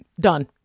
done